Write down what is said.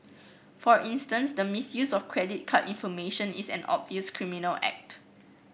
for instance the misuse of credit card information is an obvious criminal act